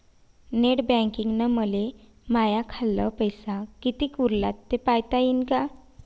Net बँकिंगनं मले माह्या खाल्ल पैसा कितीक उरला थे पायता यीन काय?